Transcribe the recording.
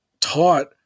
taught